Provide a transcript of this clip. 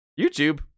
YouTube